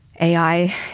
AI